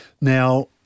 Now